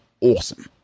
awesome